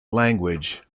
language